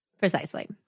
Precisely